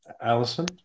Allison